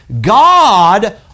God